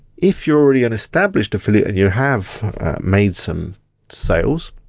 if you're already an established affiliate and you have made some sales,